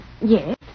Yes